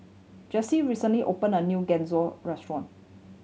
Jessie recently opened a new Gyoza Restaurant